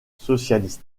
socialiste